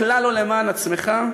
וכלל לא למען עצמך,